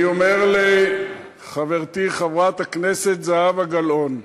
אני אומר לחברתי חברת הכנסת זהבה גלאון,